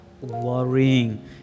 worrying